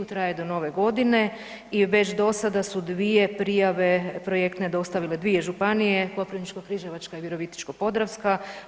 Traje do nove godine i već do sada su dvije prijave projektne dostavile dvije županije Koprivničko-križevačka i Virovitičko-podravska.